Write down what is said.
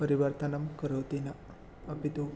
परिवर्तनं करोति न अपि तु